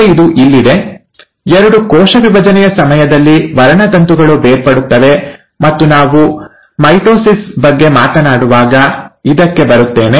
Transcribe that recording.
ಈಗ ಇದು ಇಲ್ಲಿದೆ ಎರಡು ಕೋಶ ವಿಭಜನೆಯ ಸಮಯದಲ್ಲಿ ವರ್ಣತಂತುಗಳು ಬೇರ್ಪಡುತ್ತವೆ ಮತ್ತು ನಾವು ಮೈಟೊಸಿಸ್ ಬಗ್ಗೆ ಮಾತನಾಡುವಾಗ ಇದಕ್ಕೆ ಬರುತ್ತೇನೆ